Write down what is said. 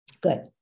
Good